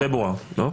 בפברואר, לא?